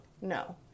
no